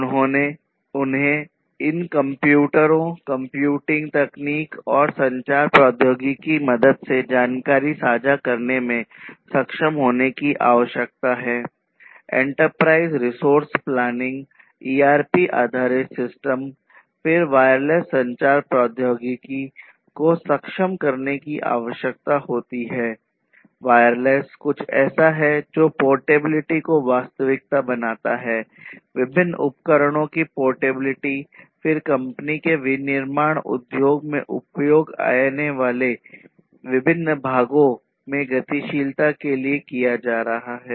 उन्हें इन कंप्यूटरों कंप्यूटिंग को एक वास्तविकता बनाता है विभिन्न उपकरणों की पोर्टेबिलिटी फिर कंपनी के विनिर्माण में उपयोग आने वाले विभिन्न भागों में गतिशीलता के लिए किया जा रहा है